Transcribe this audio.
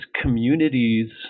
communities